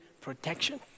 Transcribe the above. protection